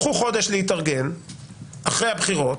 קחו חודש להתארגן אחרי הבחירות,